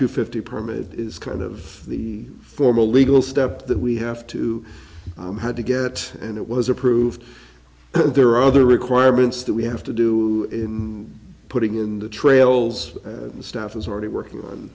to fifty permit is kind of the formal legal step that we have to had to get and it was approved so there are other requirements that we have to do in putting in the trails the staff is already working on